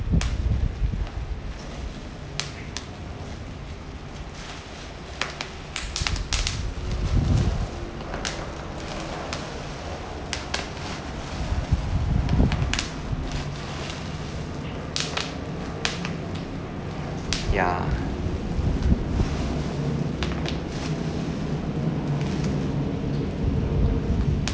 ya